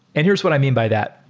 and here's what i mean by that.